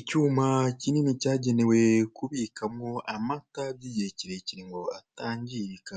Icyuma kinini cyagenewe kubikwamo amata by'igihe kirekire ngo atangirika